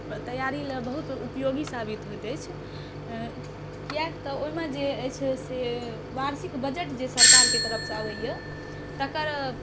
तैयारी लए बहुत उपयोगी साबित होइत अछि किएक तऽ ओहि मे जे अछि से वार्षिक बजट जे सरकारके तरफसँ अबैया तकर